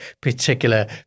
particular